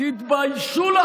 אמר לך